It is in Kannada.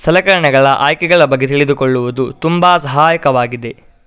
ಸಲಕರಣೆಗಳ ಆಯ್ಕೆಗಳ ಬಗ್ಗೆ ತಿಳಿದುಕೊಳ್ಳುವುದು ತುಂಬಾ ಸಹಾಯಕವಾಗಿದೆ